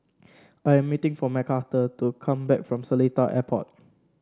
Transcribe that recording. I am meeting for Mcarthur to come back from Seletar Airport